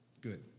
Good